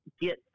get